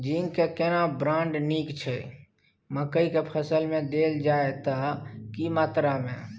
Zinc के केना brand नीक छैय मकई के फसल में देल जाए त की मात्रा में?